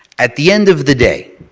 at the end of the day,